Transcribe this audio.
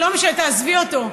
לא משנה, תעזבי אותו.